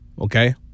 Okay